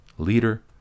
leader